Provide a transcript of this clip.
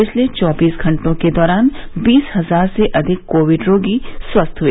पिछले चौबीस घंटों के दौरान बीस हजार से अधिक कोविड रोगी स्वस्थ हुए